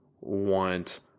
want